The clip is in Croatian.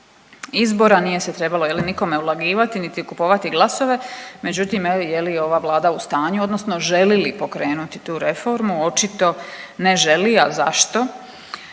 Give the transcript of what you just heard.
izbora, nije se trebalo je li nikome ulagivati, niti kupovati glasove, međutim je li ova Vlada u stanju odnosno želi li pokrenuti tu reformu, očito ne želi, a zašto?